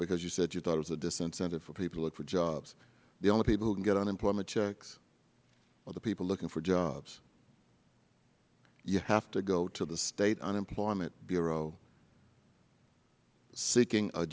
because you said you thought it was a disincentive for people to get jobs the only people who can get unemployment checks are the people looking for jobs you have to go to the state unemployment bureau seeking a